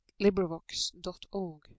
LibriVox.org